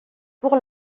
pour